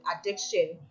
Addiction